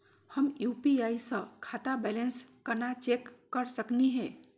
हम यू.पी.आई स खाता बैलेंस कना चेक कर सकनी हे?